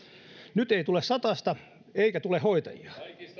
nyt ei tule satasta eikä tule hoitajia